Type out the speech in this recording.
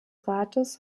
rates